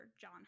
John